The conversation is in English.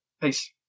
Peace